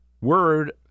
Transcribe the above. word